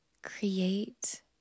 create